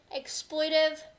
exploitive